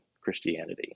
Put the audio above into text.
Christianity